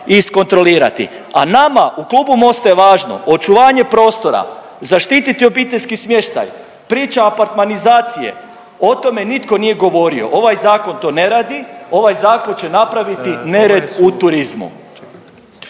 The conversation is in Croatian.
iskontrolirati. A nama u Klubu MOST-a je važno očuvanje prostora, zaštiti obiteljski smještaj, priča apartmanizacije o tome nitko nije govorio. Ovaj zakon to ne radi. Ovaj zakon će napraviti nered u turizmu.